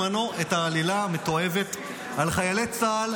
חבר הכנסת לפיד הדהד בזמנו את העלילה המתועבת על חיילי צה"ל,